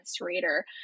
reader